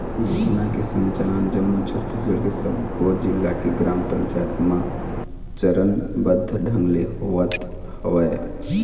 योजना के संचालन जम्मो छत्तीसगढ़ के सब्बो जिला के ग्राम पंचायत म चरनबद्ध ढंग ले होवत हवय